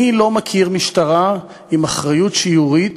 אני לא מכיר משטרה עם אחריות שיורית